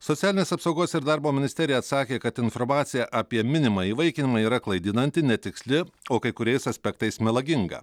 socialinės apsaugos ir darbo ministerija atsakė kad informacija apie minimą įvaikinimą yra klaidinanti netiksli o kai kuriais aspektais melaginga